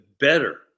better